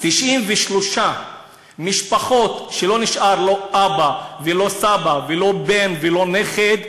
93 משפחות שלא נשאר לא אבא ולא סבא ולא בן ולא נכד,